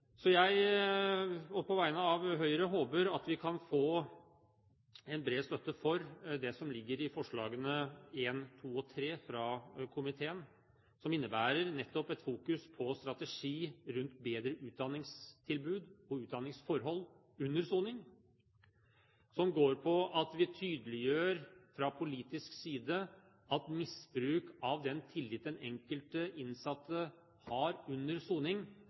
På vegne av Høyre håper jeg vi kan få en bred støtte for det som ligger i forslagene nr. 1–3 i innstillingen fra komiteen, som nettopp innebærer en fokusering på strategi rundt bedre utdanningstilbud og utdanningsforhold under soning, som går på at vi tydeliggjør fra politisk side at misbruk av den tillit den enkelte innsatte har under soning,